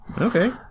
okay